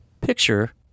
Picture